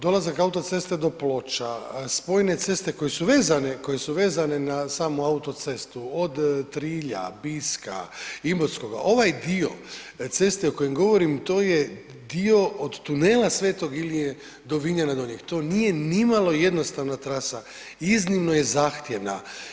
Dolazak autoceste do Ploča, spojne ceste koje su vezane na samu autocestu od Trilja, Biska, Imotskoga, ovaj dio ceste o kojem govorim, to je dio od tunela Sv. Ilije do Vinjana Donjih, to nije nimalo jednostavna trasa, iznimno je zahtjevna.